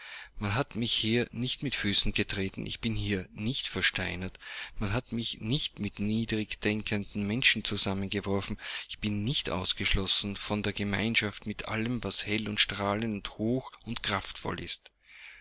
man hat mich hier nicht mit füßen getreten ich bin hier nicht versteinert man hat mich nicht mit niedrig denkenden menschen zusammengeworfen ich bin nicht ausgeschlossen worden von der gemeinschaft mit allem was hell und strahlend und hoch und kraftvoll ist